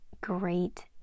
great